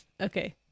okay